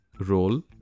role